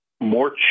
more